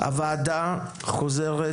"הוועדה חוזרת,